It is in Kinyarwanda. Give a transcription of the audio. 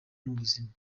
n’ubuzima